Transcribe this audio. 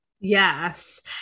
Yes